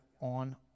on